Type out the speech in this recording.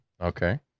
Okay